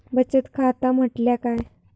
बचत खाता म्हटल्या काय?